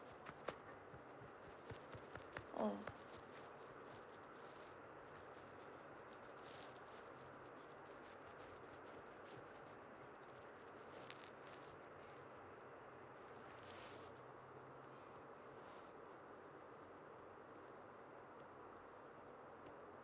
mm